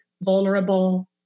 vulnerable